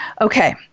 Okay